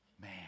man